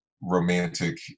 romantic